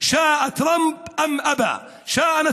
בין שירצה טראמפ ובין שימאן,